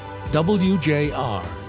WJR